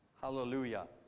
Hallelujah